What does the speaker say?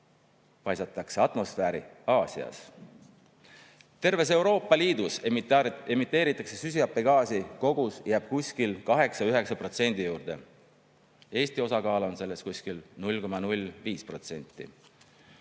paisatakse atmosfääri Aasias. Terves Euroopa Liidus emiteeritakse süsihappegaasi, mille kogus jääb umbes 8–9% juurde. Eesti osakaal on selles umbes 0,05%.